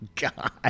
God